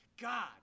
God